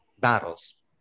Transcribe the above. battles